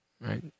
right